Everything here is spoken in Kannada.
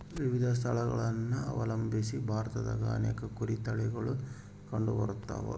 ವಿವಿಧ ಸ್ಥಳಗುಳನ ಅವಲಂಬಿಸಿ ಭಾರತದಾಗ ಅನೇಕ ಕುರಿ ತಳಿಗುಳು ಕಂಡುಬರತವ